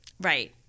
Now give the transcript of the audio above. Right